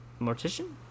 Mortician